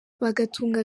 bagatunga